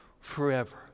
forever